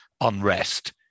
unrest